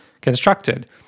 constructed